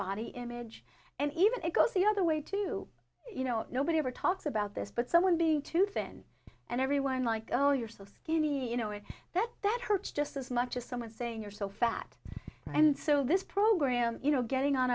body image and even it goes the other way too you know nobody ever talks about this but someone being too thin and everyone like oh you're so skinny you know it that that hurts just as much as someone saying you're so fat and so this program you know getting on